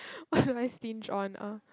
what do I stinge on ah